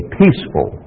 peaceful